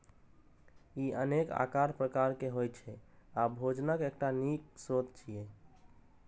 ई अनेक आकार प्रकार के होइ छै आ भोजनक एकटा नीक स्रोत छियै